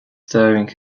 stirring